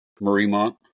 Mariemont